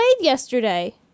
yesterday